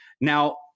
now